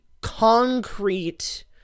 concrete